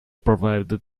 provided